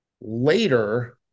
later